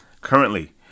currently